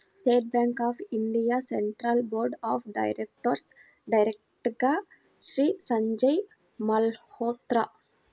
state bank of India central board of డైరెక్టర్స్లో డైరెక్టర్గా శ్రీ సంజయ్ మల్హోత్రా